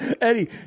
Eddie